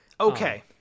Okay